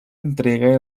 entrega